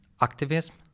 activism